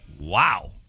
Wow